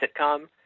sitcom